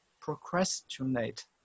procrastinate